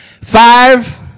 Five